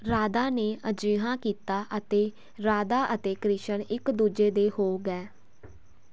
ਰਾਧਾ ਨੇ ਅਜਿਹਾ ਕੀਤਾ ਅਤੇ ਰਾਧਾ ਅਤੇ ਕ੍ਰਿਸ਼ਨ ਇੱਕ ਦੂਜੇ ਦੇ ਹੋ ਗਏ